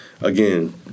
again